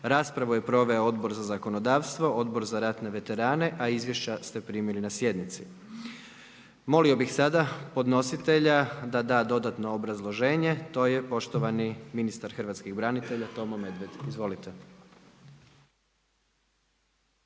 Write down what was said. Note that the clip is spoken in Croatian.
Raspravu je proveo Odbor za zakonodavstvo, Odbor za ratne veterane a izvješća ste primili na sjednici. Molio bi sada podnositelja da da dodatno obrazloženje, to je poštovani ministar hrvatskih branitelja Tomo Medved. Izvolite.